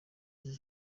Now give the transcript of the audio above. nacyo